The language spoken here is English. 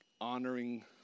honoring